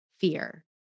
fear